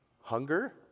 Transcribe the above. hunger